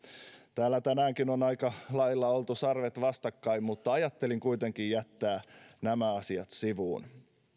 täällä tänäänkin on aika lailla oltu sarvet vastakkain mutta ajattelin kuitenkin jättää nämä asiat sivuun